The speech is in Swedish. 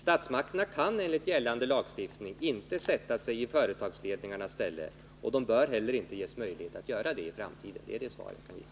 Statsmakterna kan enligt gällande lagstiftning inte sätta sig i företagsledningarnas ställe, och de bör heller inte ges möjlighet att göra det i framtiden. Det är det svar jag kan ge.